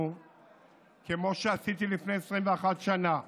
כמו שעשיתי לפני 21 שנה,